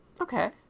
Okay